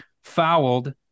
fouled